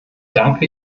danke